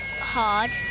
hard